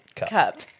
Cup